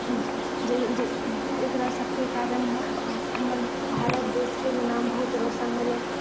जे एकरा सबके कारण हमर भारत देशके भी नाम बहुत रौशन होलै